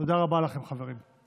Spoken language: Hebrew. תודה רבה לכם, חברים.